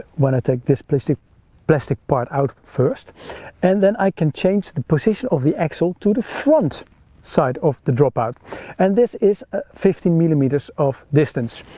when i take this place the plastic part out first and then i can change the position of the axle to the front side of the dropout and this is fifteen millimetres of distance.